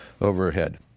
overhead